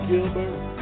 Gilbert